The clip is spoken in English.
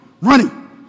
running